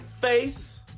face